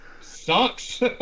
sucks